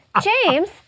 James